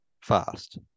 fast